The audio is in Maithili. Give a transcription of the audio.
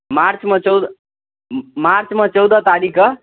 मार्चमे चौदह मार्चमे चौदह तारीखकेँ